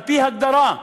על-פי הגדרה,